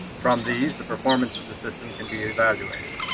from these, the performance of the system can be evaluated.